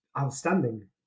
outstanding